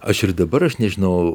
aš ir dabar aš nežinau